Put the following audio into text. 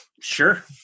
Sure